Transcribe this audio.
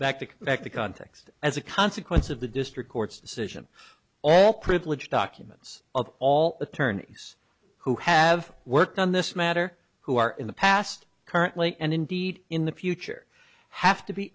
back to back the context as a consequence of the district court's decision all privilege documents of all attorneys who have worked on this matter who are in the past currently and indeed in the future have to be